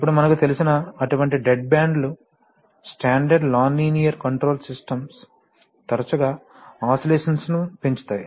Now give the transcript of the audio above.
ఇప్పుడు మనకు తెలిసిన అటువంటి డెడ్ బ్యాండ్లు standard non linear control systems తరచుగా ఆసిలేషన్ లను పెంచుతాయి